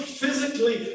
physically